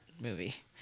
movie